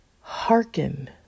Hearken